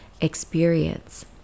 experience